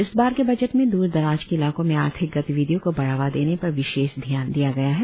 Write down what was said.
इस बार के बजट में दूर दराज के इलाकों में आर्थिक गतिविधियों को बढ़ावा देने पर विशेष ध्यान दिया गया है